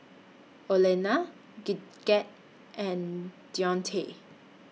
Olena Gidget and Deontae